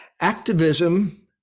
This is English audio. Activism